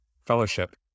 fellowship